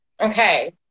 okay